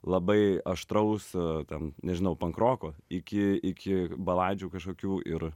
labai aštraus ten nežinau pankroko iki iki baladžių kažkokių ir